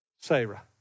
Sarah